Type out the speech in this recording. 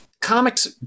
comics